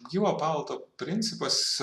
gyvo paveldo principas